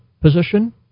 position